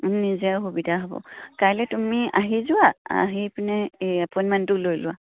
নিজেও সুবিধা হ'ব কাইলৈ তুমি আহি যোৱা আহি পিনে এই এপইণ্টমেণ্টটো লৈ লোৱা